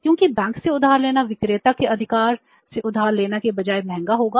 क्योंकि बैंक से उधार लेना विक्रेता के अधिकार से उधार लेने के बजाय महंगा होगा